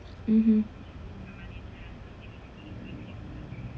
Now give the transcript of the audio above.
mmhmm